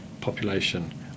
population